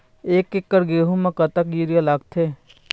एक एकड़ गेहूं म कतक यूरिया लागथे?